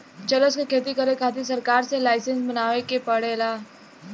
चरस क खेती करे खातिर सरकार से लाईसेंस बनवाए के पड़ेला